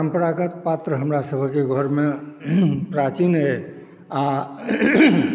परम्परागत पात्र हमरासभके घरमे प्राचीन अइ आ